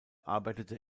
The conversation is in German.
arbeitete